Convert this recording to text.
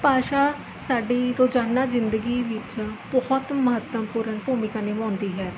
ਭਾਸ਼ਾ ਸਾਡੀ ਰੋਜ਼ਾਨਾ ਜ਼ਿੰਦਗੀ ਵਿੱਚ ਬਹੁਤ ਮਹੱਤਵਪੂਰਨ ਭੂਮਿਕਾ ਨਿਭਾਉਂਦੀ ਹੈ